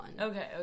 okay